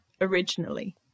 originally